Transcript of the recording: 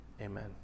Amen